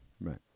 right